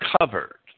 covered